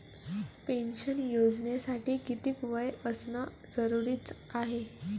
Pension योजनेसाठी कितीक वय असनं जरुरीच हाय?